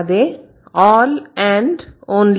అదే 'all and only